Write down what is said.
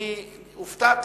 אני הופתעתי.